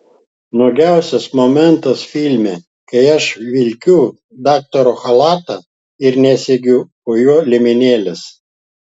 nuogiausias momentas filme kai aš vilkiu daktaro chalatą ir nesegiu po juo liemenėlės